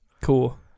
Cool